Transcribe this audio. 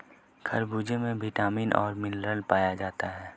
खरबूजे में विटामिन और मिनरल्स पाए जाते हैं